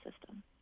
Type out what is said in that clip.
system